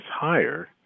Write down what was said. higher